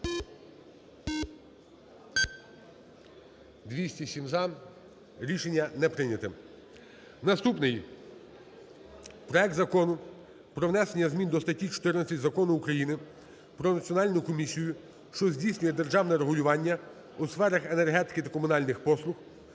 За-207 Рішення не прийняте. Наступний. Проект Закону про внесення змін до статті 14 Закону України "Про Національну комісію, що здійснює державне регулювання у сферах енергетики та комунальних послуг"